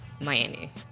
Miami